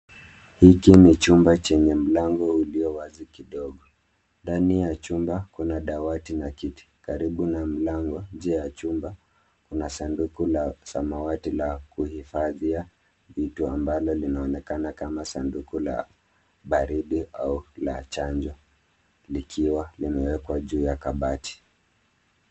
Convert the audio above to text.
Hiki ni chumba chenye mlango ulio wazi kidogo, ndani ya chumba, kuna dawati na kiti, karibu na mlango, nje ya chumba, kuna sanduku la samawati, la kuhifadhia, vitu ambalo linaonekana kama sanduku la baridi, au la chanjo, likiwa limewekwa juu ya kabati.